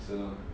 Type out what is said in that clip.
so